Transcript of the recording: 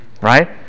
right